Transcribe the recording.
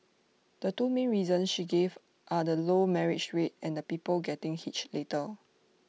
the two main reasons she gave are the low marriage rate and people getting hitched later